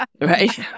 right